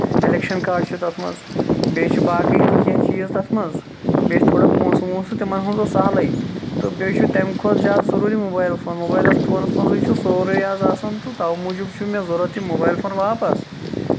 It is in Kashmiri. اِلیکشن کاڈ چھُ تَتھ منٛز بیٚیہِ چھُ باقٕے تہِ چیٖز تَتھ منٛز بیٚیہِ چھُ تھوڑا پونسہٕ وونسہٕ تِمن ہُند اوس سَہلٕے بیٚیہِ چھُ تَمہِ کھۄتہٕ زیادٕ ضروٗری موبایل فون موبایلَس فونَس منٛزٕے چھُ سورُے آز آسان تہٕ تَوے موٗجوٗب چھُ مےٚ ضوٚرتھ یہِ موبایِل فون واپَس